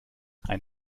ein